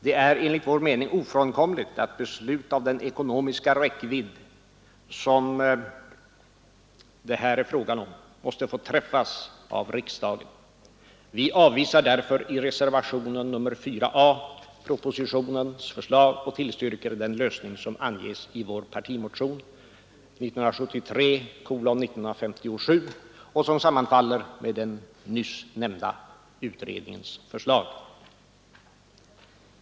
Det är enligt vår mening ofrånkomligt att beslut av den ekonomiska räckvidd som det här är fråga om måste få träffas av riksdagen. Vi avvisar därför i reservationen nr 4 a propositionens förslag och tillstyrker den lösning som anges i vår partimotion nr 1957 och som sammanfaller med den nyss nämnda utredningens förslag.